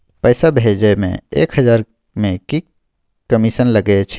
पैसा भैजे मे एक हजार मे की कमिसन लगे अएछ?